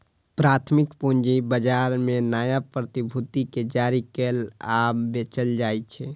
प्राथमिक पूंजी बाजार मे नया प्रतिभूति कें जारी कैल आ बेचल जाइ छै